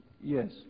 Yes